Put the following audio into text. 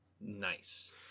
Nice